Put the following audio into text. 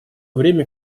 время